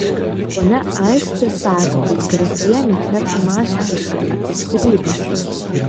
ponia aistė sako kad grafienė net mąsčiusi apie skyrybas